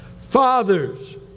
Fathers